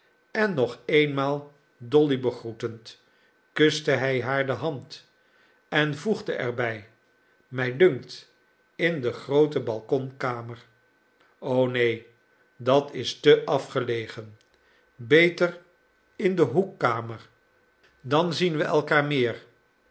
en nog eenmaal dolly begroetend kuste hij haar de hand en voegde er bij mij dunkt in de groote balkonkamer o neen dat is te afgelegen beter in de hoekkamer dan zien we elkaar meer